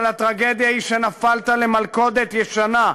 אבל הטרגדיה היא שנפלת למלכודת ישנה,